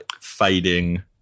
fading